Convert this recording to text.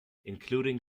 including